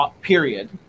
period